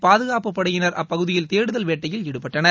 பாதுகாப்புப்படையினர் அப்பகுதியில் தேடுதல் வேட்டையில் ஈடுபட்டனர்